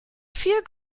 viel